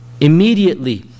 immediately